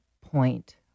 point